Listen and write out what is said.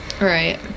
right